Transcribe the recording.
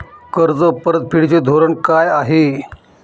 कर्ज परतफेडीचे धोरण काय आहे?